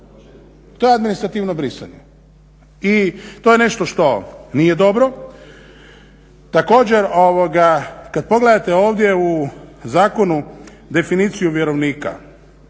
To je administrativno brisanje i to je nešto što nije dobro. Također kad pogledate ovdje u zakonu definiciju vjerovnika,